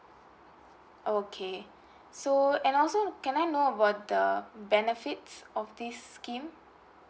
okay so and also can I know about the benefits of this scheme